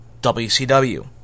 WCW